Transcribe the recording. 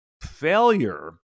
failure